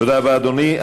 תודה רבה, אדוני.